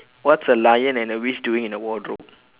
what's a lion and a witch doing in a wardrobe